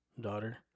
daughter